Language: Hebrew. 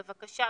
בבקשה,